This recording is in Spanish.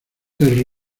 les